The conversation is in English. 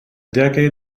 decade